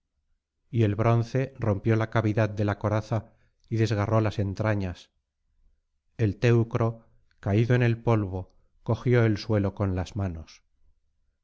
y el bronce rompió la concavidad de la coraza y desgarró las entrañas el teucro caído en el polvo asió el suelo con las manos